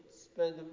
spend